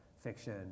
fiction